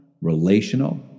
relational